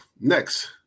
next